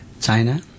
China